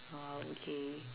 oh okay